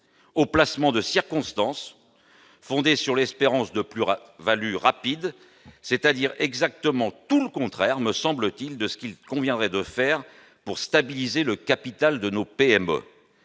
aux placements de circonstance fondés sur l'espérance d'une plus-value rapide, c'est-à-dire exactement tout le contraire, me semble-t-il, de ce qu'il conviendrait de faire pour stabiliser le capital de nos PME.